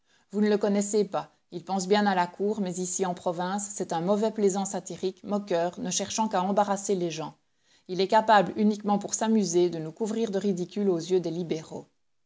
vous ne le connaissez pas il pense bien à la cour mais ici en province c'est un mauvais plaisant satirique moqueur ne cherchant qu'à embarrasser les gens il est capable uniquement pour s'amuser de nous couvrir de ridicule aux yeux des libéraux